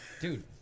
Dude